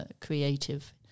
creative